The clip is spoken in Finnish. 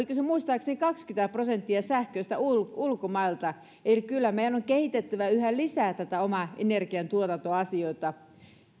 muistaakseni kaksikymmentä prosenttia sähköstä ulkomailta eli kyllä meidän on kehitettävä yhä lisää näitä omia energiantuotantoasioita